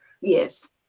Yes